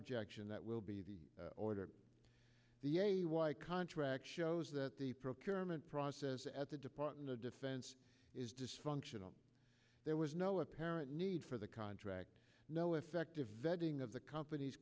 objection that will be the order the a p why contract shows that the procurement process at the department of defense is dysfunctional there was no apparent need for the contract no effective vetting of the compan